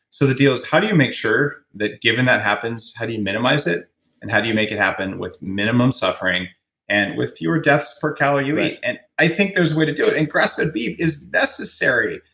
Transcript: so the deal is how do you make sure that, given that happens, how do you minimize it and how do you make it happen with minimum suffering and with fewer deaths for calorie you eat? right and i think there's away to do it, and grass-fed beef is necessarily.